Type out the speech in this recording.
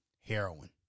heroin